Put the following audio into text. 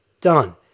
done